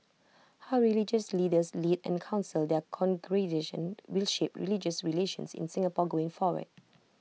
how religious leaders lead and counsel their congregations will shape religious relations in Singapore going forward